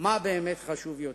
מה באמת חשוב יותר.